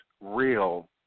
real